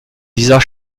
dieser